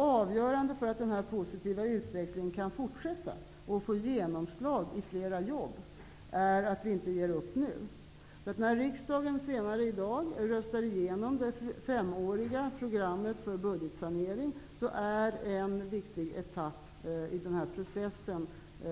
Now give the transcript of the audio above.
Avgörande för att den positiva utvecklingen kan fortsätta och få genomslag i fler jobb är att vi inte ger upp nu. När riksdagen senare i dag röstar igenom det femåriga programmet för budgetsanering är en viktigt etapp i processen